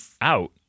out